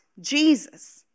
Jesus